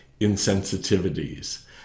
insensitivities